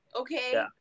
okay